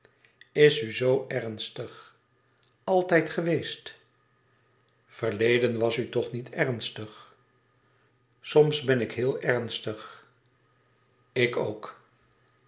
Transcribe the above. is u zoo ernstig altijd geweest verleden was u toch niet ernstig soms ben ik heel ernstig ik ook